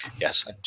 Yes